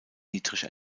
dietrich